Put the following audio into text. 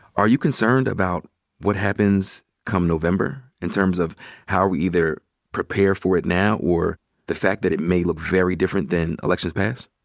are you concerned about what happens come november in terms of how we either prepare for it now or the fact that it may look very different than elections past?